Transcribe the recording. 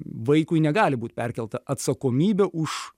vaikui negali būt perkelta atsakomybė už